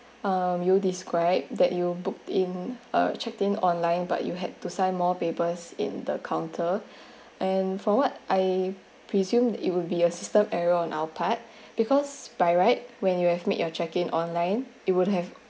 um you describe that you booked in ah checked in online but you had to sign more papers in the counter and forward I presume it would be a system error on our part because by right when you have made your check in online it would have